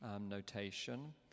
notation